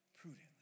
prudently